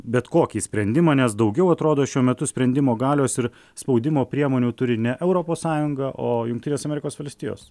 bet kokį sprendimą nes daugiau atrodo šiuo metu sprendimo galios ir spaudimo priemonių turi ne europos sąjunga o jungtinės amerikos valstijos